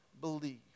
believe